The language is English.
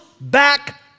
back